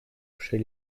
chez